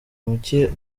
muke